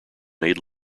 made